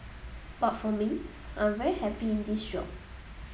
but for me I'm very happy in this job